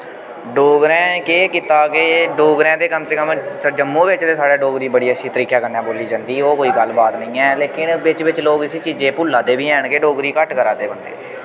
डोगरें केह् कीता के डोगरें ते कम से कम जम्मू बिच्च गै साढ़ै डोगरी बड़ी अच्छी तरीकै कन्नै बोल्ली जंदी ओह् कोई गल्लबात नी ऐ लेकिन बिच्च बिच्च लोक इस्सै चीजै गी भुल्ला दे बी हैन के डोगरी घट्ट करा दे बन्दे